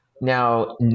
now